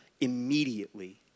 immediately